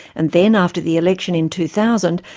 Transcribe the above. and then after the election in two thousand,